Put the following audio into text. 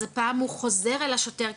אז הפעם הוא חוזר אל השוטר,